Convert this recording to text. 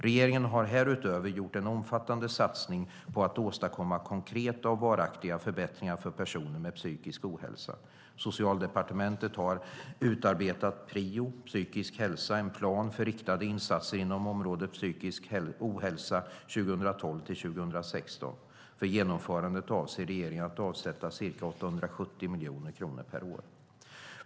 Regeringen har härutöver gjort en omfattande satsning på att åstadkomma konkreta och varaktiga förbättringar för personer med psykisk ohälsa. Socialdepartementet har utarbetat PRIO psykisk ohälsa, en plan för riktade insatser inom området psykisk ohälsa 2012-2016. För genomförandet avser regeringen att avsätta ca 870 miljoner kronor per år.